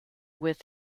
with